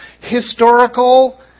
historical